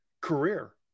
career